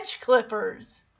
clippers